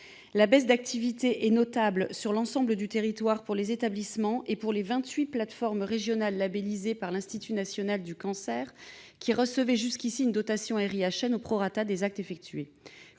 La baisse d'activité est notable sur l'ensemble du territoire pour les établissements et pour les vingt-huit plateformes régionales labellisées par l'Institut national du cancer, qui recevaient jusqu'à présent une dotation RIHN au prorata des actes effectués.